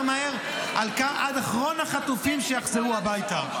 מהר עד אחרון החטופים שיחזרו הביתה.